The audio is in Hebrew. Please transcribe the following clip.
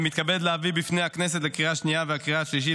אני מתכבד להביא בפני הכנסת לקריאה השנייה ולקריאה השלישית